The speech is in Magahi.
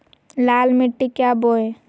लाल मिट्टी क्या बोए?